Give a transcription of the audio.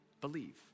believe